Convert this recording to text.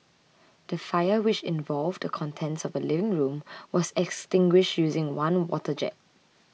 the fire which involved the contents of a living room was extinguished using one water jet